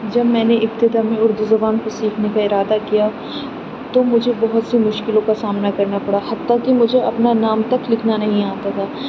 جب میں نے ابتدا میں اردو زبان کو سیکھنے کا ارادہ کیا تو مجھے بہت سی مشکلوں کا سامنا کرنا پڑا حتیٰ کہ مجھے اپنا نام تک لکھنا نہیں آتا تھا